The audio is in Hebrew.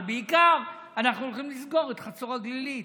אבל בעיקר, אנחנו הולכים לסגור את חצור הגלילית.